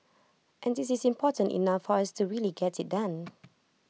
and this is important enough for us to really get IT done